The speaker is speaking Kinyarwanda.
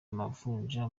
amavunja